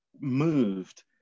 moved